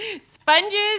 sponges